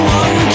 one